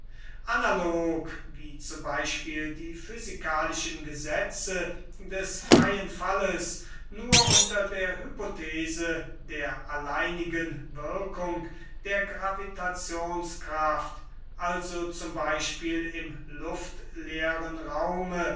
analog wie z b die physikalischen gesetze des freien falles nur unter der hypothese der alleinigen wirkung der gravitationskraft also z b im luftleeren räume